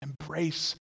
Embrace